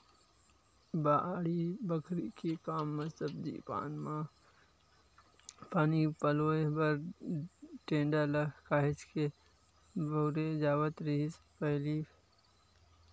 बाड़ी बखरी के काम म सब्जी पान मन म पानी पलोय बर टेंड़ा ल काहेच के बउरे जावत रिहिस हवय पहिली